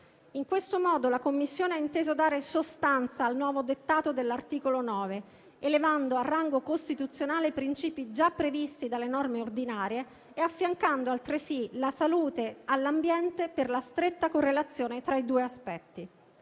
In questo modo, la Commissione ha inteso dare sostanza al nuovo dettato dell'articolo 9, elevando a rango costituzionale principi già previsti dalle norme ordinarie e affiancando altresì la salute all'ambiente per la stretta correlazione tra i due aspetti.